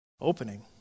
opening